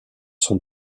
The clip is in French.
sont